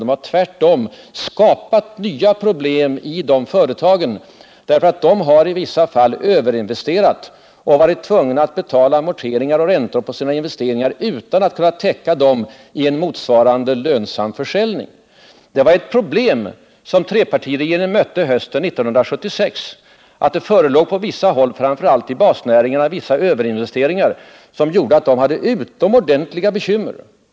De har tvärtom skapat svåra problem i de företagen, därför att företagen i vissa fall har överinvesterat och varit tvungna att betala amorteringar och räntor på sina investeringar utan att kunna täcka dem med en motsvarande lönsam produktion. Det var ett problem som trepartiregeringen mötte hösten 1976 att det på vissa håll — framför allt i basnäringarna — förelåg överinvesteringar, som skapade utomordentligt stora bekymmer.